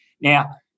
Now